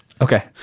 Okay